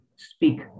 speak